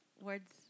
Words